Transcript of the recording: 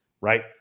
right